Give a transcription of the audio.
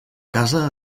casa